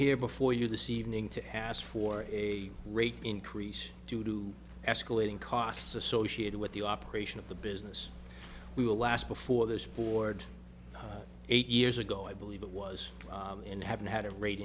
here before you this evening to ask for a rate increase due to escalating costs associated with the operation of the business we will last before this board eight years ago i believe it was and haven't had a rate